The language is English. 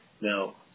now